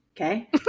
okay